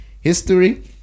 history